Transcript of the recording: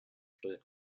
steuert